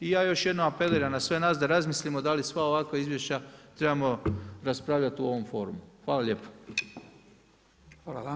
I ja još jednom apeliram na sve nas da razmislimo da li sva ovakva izvješća trebamo raspravljati u ovom … Hvala lijepa.